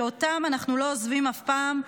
שאותם אנחנו לא עוזבים אף פעם.